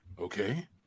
Okay